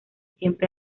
siempre